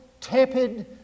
tepid